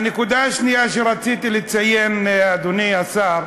הנקודה השנייה שרציתי לציין, אדוני השר,